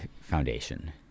foundation